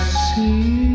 see